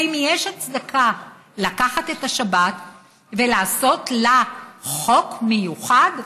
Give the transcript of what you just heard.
האם יש הצדקה לקחת את השבת ולעשות לה חוק מיוחד?